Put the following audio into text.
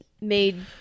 made